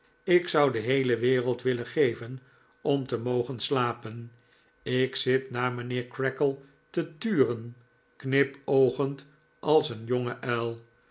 ik zou de heele wereld willen geven om te mogen slapen ik zit naar mijnheer creakle te turen knipoogend als een jonge uil